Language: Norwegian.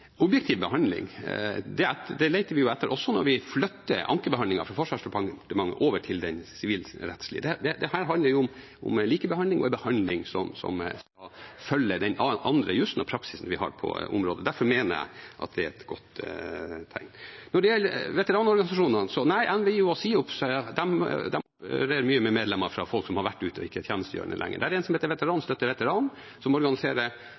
objektiv behandling: Det leter vi jo etter også når vi flytter ankebehandlingen fra Forsvarsdepartementet over til det sivilrettslige. Dette handler jo om en likebehandling og en behandling som følger den andre jussen og praksisen vi har på området. Derfor mener jeg at det er et godt tegn. Når det gjelder veteranorganisasjonene: Nei, NVIO og SIOPS, de jobber mye med medlemmer som har vært ute, og som ikke er tjenestegjørende lenger. Det er en som heter Veteran møter Veteran, og som i stor grad organiserer